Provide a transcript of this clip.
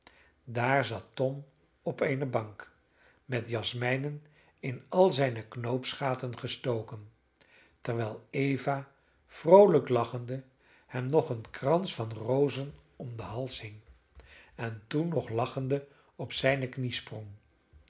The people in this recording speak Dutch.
daar zat tom op eene bank met jasmijnen in al zijne knoopsgaten gestoken terwijl eva vroolijk lachende hem nog een krans van rozen om den hals hing en toen nog lachende op zijne knie sprong